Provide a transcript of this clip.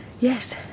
Yes